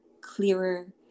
clearer